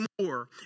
more